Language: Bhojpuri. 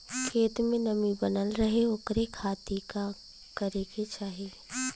खेत में नमी बनल रहे ओकरे खाती का करे के चाही?